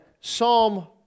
Psalm